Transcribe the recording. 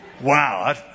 wow